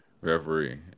referee